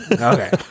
Okay